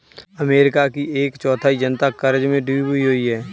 America की एक चौथाई जनता क़र्ज़ में डूबी हुई है